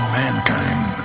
mankind